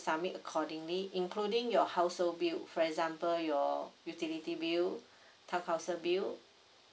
submit accordingly including your household bill for example your utility bill town council bill